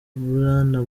bwana